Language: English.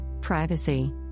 Privacy